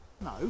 No